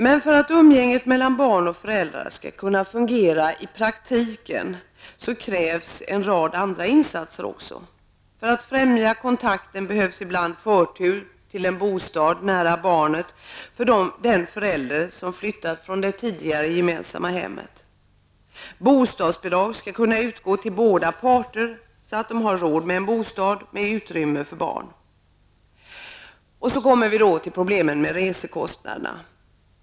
Men för att umgänget mellan barn och föräldrar skall kunna fungera i praktiken krävs det också en rad andra insatser. För att främja kontakten behövs ibland förtur till en bostad nära barnet för den förälder som har flyttat från det tidigare gemensamma hemmet. Bostadsbidrag skall kunna utgå till båda parter, så att de har råd med en bostad med utrymme för barn. Så kommer vi då till problemen med resekostnaderna.